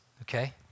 okay